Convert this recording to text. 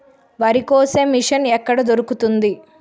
వరి కోసే మిషన్ ఎక్కడ దొరుకుతుంది?